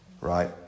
Right